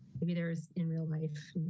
maybe there's in real life.